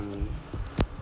mm